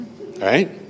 right